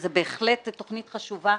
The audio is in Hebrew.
וזו בהחלט תוכנית חשובה.